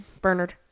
Bernard